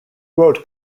wrote